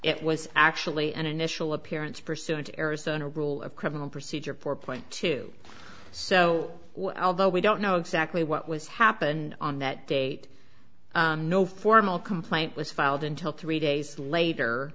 it was actually an initial appearance pursuant to arizona rule of criminal procedure four point two so although we don't know exactly what was happened on that date no formal complaint was filed until three days later